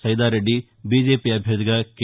Saida Reddy BJP అభ్యర్థిగా K